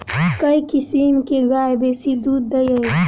केँ किसिम केँ गाय बेसी दुध दइ अछि?